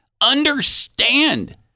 understand